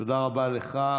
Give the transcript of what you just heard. תודה רבה לך.